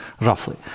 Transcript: roughly